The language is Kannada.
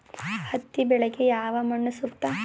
ಹತ್ತಿ ಬೆಳೆಗೆ ಯಾವ ಮಣ್ಣು ಸೂಕ್ತ?